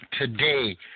today